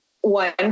one